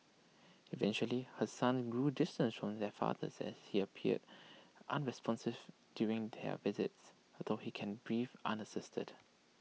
eventually her sons grew distant from their father as he appeared unresponsive during their visits although he can breathe unassisted